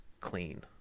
clean